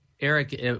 Eric